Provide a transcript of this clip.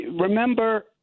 remember